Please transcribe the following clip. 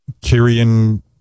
Kirian